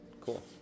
Cool